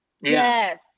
Yes